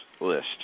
list